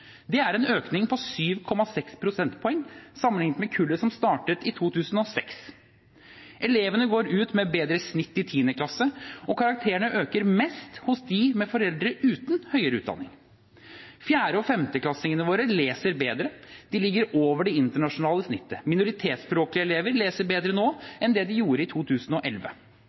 Det er en økning på 7,6 prosentpoeng sammenliknet med kullet som startet i 2006. Elevene går ut med bedre snitt i 10. klasse, og karakterene øker mest hos dem med foreldre uten høyere utdanning. Fjerde- og femteklassingene våre leser bedre. De ligger over det internasjonale snittet. Minoritetsspråklige elever leser bedre nå enn de gjorde i 2011.